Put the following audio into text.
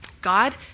God